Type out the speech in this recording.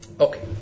Okay